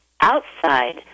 outside